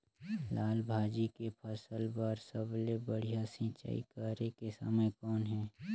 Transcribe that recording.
लाल भाजी के फसल बर सबले बढ़िया सिंचाई करे के समय कौन हे?